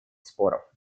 споров